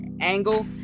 angle